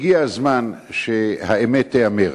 הגיע הזמן שהאמת תיאמר.